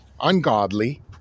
ungodly